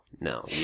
No